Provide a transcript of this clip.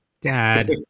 Dad